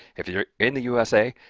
if you're in the usa,